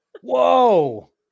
Whoa